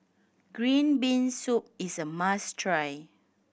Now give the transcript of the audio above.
green bean soup is a must try